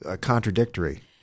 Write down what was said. contradictory